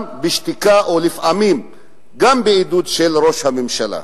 גם בשתיקה, או לפעמים גם בעידוד, ראש הממשלה.